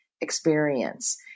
experience